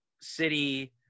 city